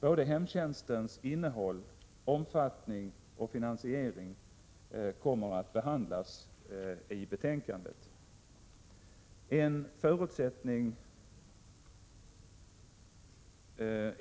Både hemtjänstens innehåll, omfattning och finansiering kommer att behandlas i betänkandet.